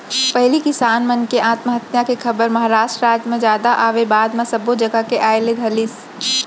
पहिली किसान मन के आत्महत्या के खबर महारास्ट राज म जादा आवय बाद म सब्बो जघा के आय ल धरलिस